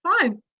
fine